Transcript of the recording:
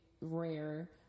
rare